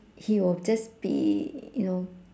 he will just be you know